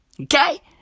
Okay